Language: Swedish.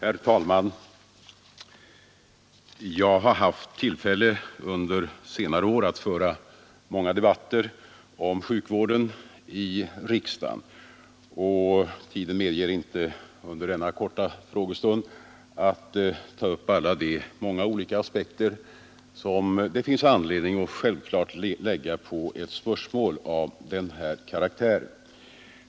Herr talman! Jag har haft tillfälle under senare år att föra många debatter i riksdagen om sjukvården, och tiden medger inte att jag under denna korta frågestund tar upp alla de många olika aspekter som det finns anledning att lägga på spörsmål av den här karaktären.